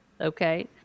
Okay